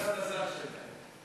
זה המזל שלהם.